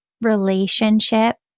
relationship